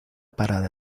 parada